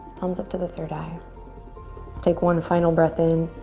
thumbs up to the third eye. let's take one final breath in.